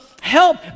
help